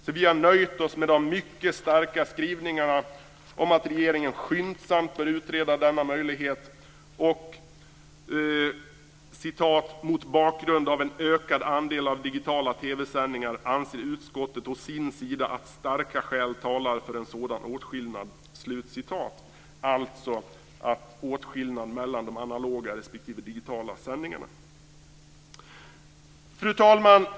Vi har alltså nöjt oss med de mycket starka skrivningarna om att regeringen skyndsamt bör utreda denna möjlighet: "Mot bakgrund av en ökad andel av digitala TV-sändningar anser utskottet å sin sida att starka skäl talar för en sådan åtskillnad." Det gäller alltså en åtskillnad mellan analoga respektive digitala sändningar. Fru talman!